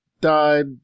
died